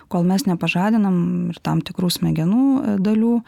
kol mes nepažadinam ir tam tikrų smegenų dalių